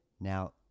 Now